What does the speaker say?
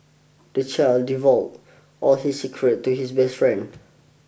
the child divulged all his secrets to his best friend